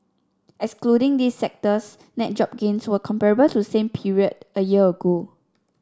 excluding these sectors net job gains were comparable to same period a year ago